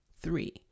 three